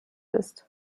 ist